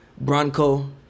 Bronco